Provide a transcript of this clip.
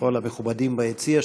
לכל המכובדים ביציע,